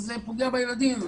זה פוגע בילדים.